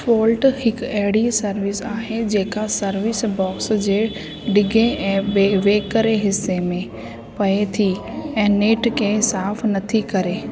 fault हिकु एहिड़ी service आहे जेका सर्विस बॉक्स जे ढिघे ऐं वेकरे हिस्से में पए थी ऐं नेट खे साफ नथी करे